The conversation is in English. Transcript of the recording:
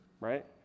right